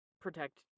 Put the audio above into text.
protect